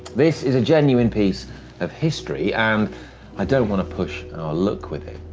this is a genuine piece of history, and i don't want to push our look with it.